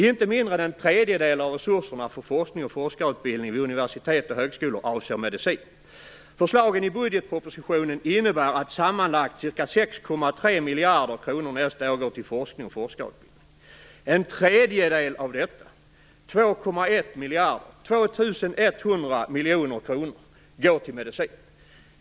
Inte mindre än en tredjedel av resurserna för forskning och forskarutbildning vid universitet och högskolor avser medicin. Förslagen i budgetpropositionen innebär att sammanlagt ca 6,3 miljarder kronor nästa år går till forskning och forskarutbildning. En tredjedel av detta, dvs. 2,1 miljarder kronor - 2 100 miljoner kronor - går till medicin.